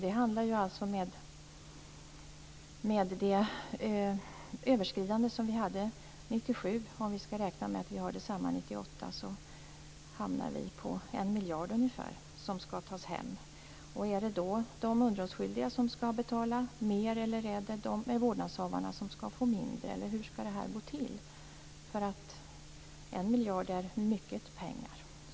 Om vi skall räkna med samma överskridande 1998 som vi hade 1997, handlar det alltså om ungefär 1 miljard som skall tas hem. Är det då de underhållsskyldiga som skall betala mer, eller är det vårdnadshavarna som skall få mindre? Hur skall det gå till? 1 miljard är mycket pengar.